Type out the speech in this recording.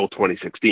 2016